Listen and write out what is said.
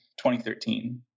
2013